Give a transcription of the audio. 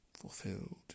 fulfilled